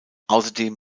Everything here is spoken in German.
außerdem